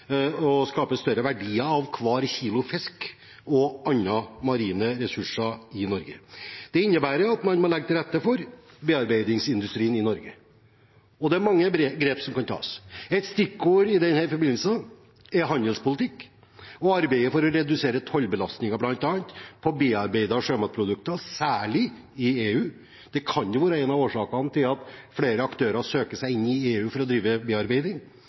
å skape større verdier av hver kilo fisk og andre marine ressurser i Norge. Det innebærer at man må legge til rette for bearbeidingsindustrien i Norge. Og det er mange grep som kan tas. Et stikkord i den forbindelse er handelspolitikk og arbeidet for å redusere tollbelastningen på bl.a. bearbeidede sjømatprodukter, særlig i EU – det kan jo være en av årsakene til at flere aktører søker seg inn i EU for å drive bearbeiding.